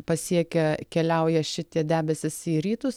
pasiekę keliauja šitie debesys į rytus